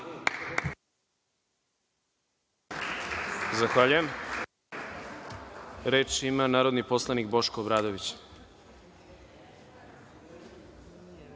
Zahvaljujem. Reč ima narodni poslanik Boško Obradović. Vreme